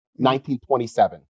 1927